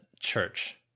church